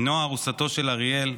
נועה, ארוסתו של אריאל,